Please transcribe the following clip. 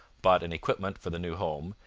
bought an equipment for the new home,